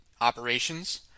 operations